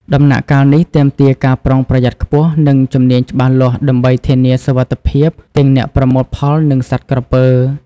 ដំណាក់កាលនេះទាមទារការប្រុងប្រយ័ត្នខ្ពស់ និងជំនាញច្បាស់លាស់ដើម្បីធានាសុវត្ថិភាពទាំងអ្នកប្រមូលផល និងសត្វក្រពើ។